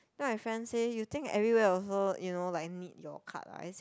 then my friend say you think everywhere also you know like need your card ah I say